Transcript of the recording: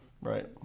Right